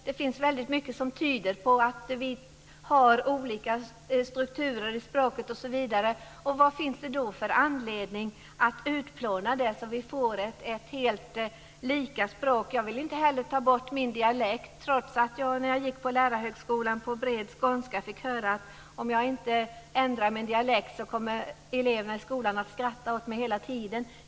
Det finns väldigt mycket som tyder på att vi har olika strukturer i språket osv. Vad finns det då för anledning att utplåna skillnaderna så att vi får ett helt lika språk? Jag vill inte heller ta bort min dialekt, trots att jag när jag gick på lärarhögskolan på bred skånska fick höra att om jag inte ändrade min dialekt så skulle eleverna i skolan skratta åt mig hela tiden.